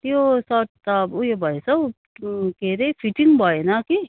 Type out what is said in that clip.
त्यो सर्ट त उयो भएछ हौ के अरे फिटिङ भएन कि